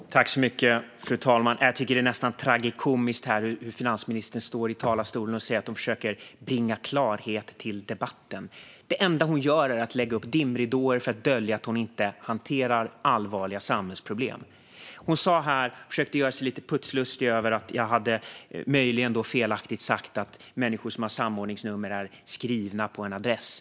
Fru talman! Jag tycker att det blir nästan tragikomiskt när finansministern står i talarstolen och säger att hon försöker bringa klarhet i debatten. Det enda hon gör är att lägga ut dimridåer för att dölja att hon inte hanterar allvarliga samhällsproblem. Hon försökte göra sig lite putslustig över att jag sagt, möjligen felaktigt, att människor som har samordningsnummer är skrivna på en adress.